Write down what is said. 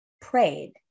prayed